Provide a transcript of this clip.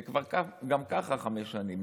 זה גם ככה חמש שנים.